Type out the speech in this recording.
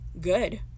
Good